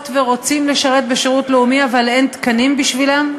ורוצים לשרת בשירות לאומי אבל אין תקנים בשבילם,